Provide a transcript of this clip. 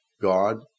God